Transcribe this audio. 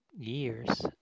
years